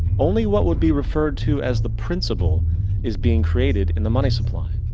only what would be refered to as the principal is been created in the money supply.